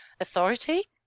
authority